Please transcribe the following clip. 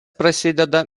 prasideda